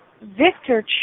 Victor